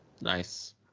Nice